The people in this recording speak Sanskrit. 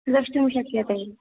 द्रष्टुं शक्यते